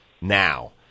now